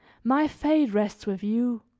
my fate rests with you,